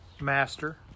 master